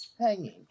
hanging